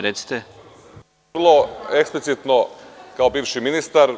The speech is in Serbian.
Vrlo eksplicitno kao bivši ministar.